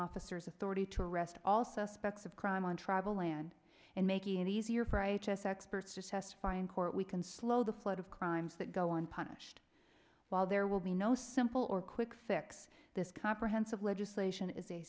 officers authority to arrest all suspects of crime on travel land and making it easier for h s experts to testify in court we can slow the flood of crimes that go unpunished while there will be no simple or quick fix this comprehensive legislation is a